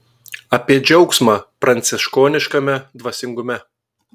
apie džiaugsmą pranciškoniškame dvasingume